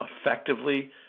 effectively